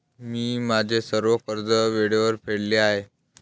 मी माझे सर्व कर्ज वेळेवर फेडले आहे